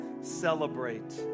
celebrate